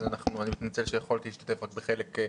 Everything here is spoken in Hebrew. אני מתנצל שיכולתי להשתתף רק בחלק.